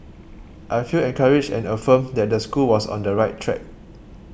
I felt encouraged and affirmed that the school was on the right track